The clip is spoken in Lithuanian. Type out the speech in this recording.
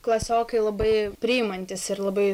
klasiokai labai priimantys ir labai